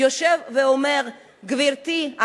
יושב ואומר: גברתי,